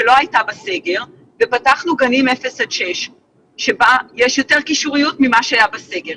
יחד עם הרשויות המקומיות,